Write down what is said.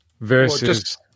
versus